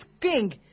king